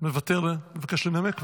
מבקש לנמק?